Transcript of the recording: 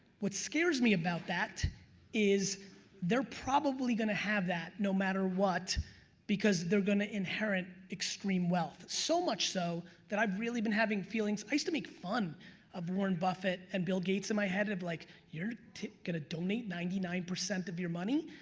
what scares me about that is they're probably gonna have that no matter what because they're gonna inherent extreme wealth, so much so that i've really been having feelings. i used to make fun of warren buffett and bill gates in my head of like you're gonna donate ninety nine percent of your money?